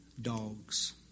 dogs